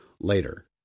later